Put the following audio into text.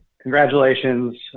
congratulations